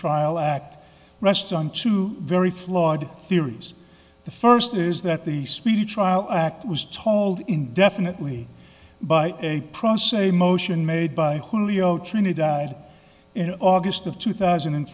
trial act rests on two very flawed theories the first is that the speedy trial act was told in definitely by a process a motion made by julio cheney died in august of two thousand and